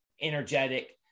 energetic